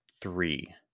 three